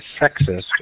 sexist